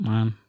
Man